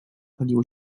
paliło